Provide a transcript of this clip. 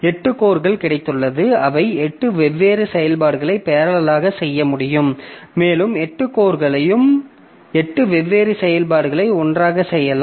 8 core கிடைத்துள்ளது அவை 8 வெவ்வேறு செயல்பாடுகளை பேரலல்லாகச் செய்ய முடியும் மேலும் 8 கோர்களையும் 8 வெவ்வேறு செயல்பாடுகளை ஒன்றாகச் செய்யலாம்